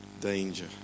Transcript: Danger